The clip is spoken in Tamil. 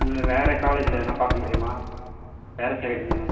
இல்லை வேறு காலேஜில் எதுனா பார்க்க முடியுமா வேறு சைடு வேணுனா